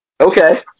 Okay